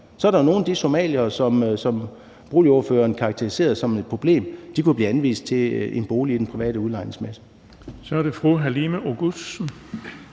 Så ville nogle af de somaliere, som boligordføreren karakteriserede som et problem, kunne blive anvist til en bolig i den private boligudlejningsmasse. Kl. 15:59 Den fg.